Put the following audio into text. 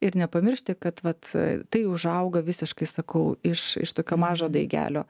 ir nepamiršti kad vat tai užauga visiškai sakau iš iš tokio mažo daigelio